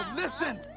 listen!